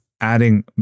adding